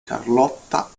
carlotta